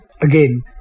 again